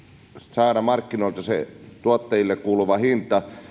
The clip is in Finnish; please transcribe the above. saada markkinoilta se tuottajille kuuluva hinta